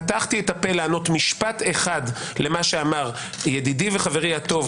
פתחתי את הפה לענות משפט אחד למה שאמר ידידי וחברי הטוב,